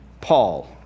Paul